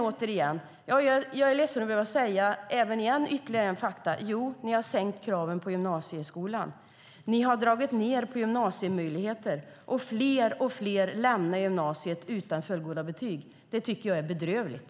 Återigen är jag ledsen över att behöva upprepa fakta: Jo, ni har sänkt kraven på gymnasieskolan. Ni har dragit ned på gymnasiemöjligheter, och allt fler lämnar gymnasiet utan fullgoda betyg. Det tycker jag är bedrövligt.